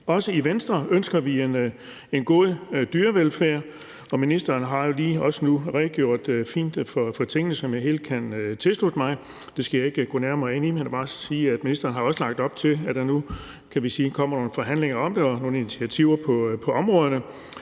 Også i Venstre ønsker vi en god dyrevelfærd, og nu har ministeren jo også lige redegjort fint for tingene, og det kan jeg helt tilslutte mig. Det skal jeg ikke gå nærmere ind i, men jeg vil bare sige, at ministeren også har lagt op til, at der nu kommer nogle forhandlinger om det og nogle initiativer på området.